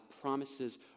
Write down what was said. promises